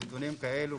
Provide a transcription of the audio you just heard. נתונים כאלו,